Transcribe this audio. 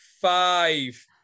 five